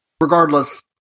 regardless